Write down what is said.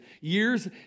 years